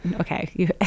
okay